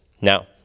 Now